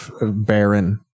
barren